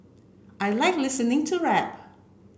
I like listening to rap